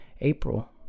April